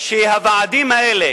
הוועדים האלה,